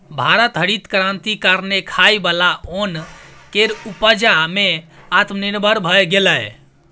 भारत हरित क्रांति कारणेँ खाइ बला ओन केर उपजा मे आत्मनिर्भर भए गेलै